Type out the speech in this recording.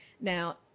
now